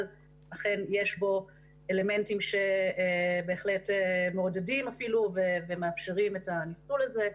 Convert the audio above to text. אבל אכן יש בו אלמנטים שבהחלט מעודדים אפילו ומאפשרים את הניצול הזה.